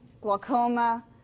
glaucoma